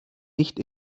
nicht